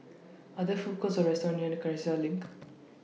Are There Food Courts Or restaurants near Cassia LINK